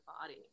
body